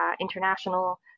international